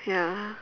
ya